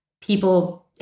people